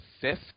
fifth